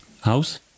House